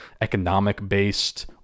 economic-based